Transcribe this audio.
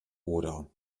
oder